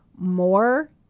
more